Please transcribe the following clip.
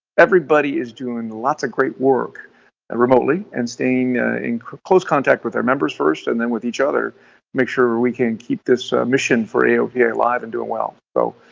everybody is doing lots of great work and remotely, and staying in close contact with our members first and then with each other, to make sure we can keep this mission for aopa alive and doing well. so,